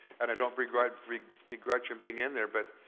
and i don't begrudge begrudge him being in there, but